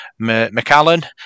McAllen